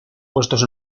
puestos